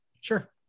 Sure